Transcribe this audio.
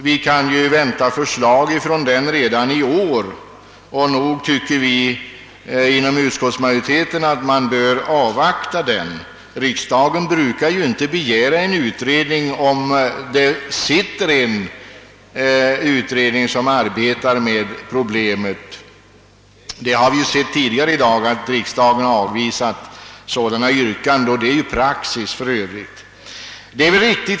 Det kan förväntas förslag från beredningen redan i år, och vi inom utskottsmajoriteten tycker att man bör avvakta detta. Riksdagen brukar inte begära tillsättandet av en ny wutredning, om en sittande utredning redan arbetar med problemet. Vi har tidigare i dag sett att riksdagen avvisat sådana yrkanden, såsom övrig praxis är.